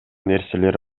нерселер